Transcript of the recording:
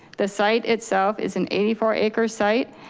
the site itself is an eighty four acre site.